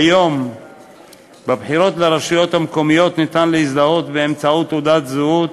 כיום בבחירות לרשויות המקומיות ניתן להזדהות באמצעות תעודת זהות,